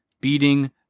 beating